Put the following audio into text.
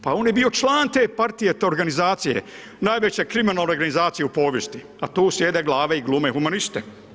Pa on je bio član te partije, te organizacije, najveće kriminalne organizacije u povijesti a tu sjede glave i glume humaniste.